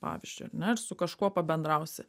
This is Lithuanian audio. pavyzdžiui ar ne ir su kažkuo pabendrausi